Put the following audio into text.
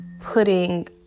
putting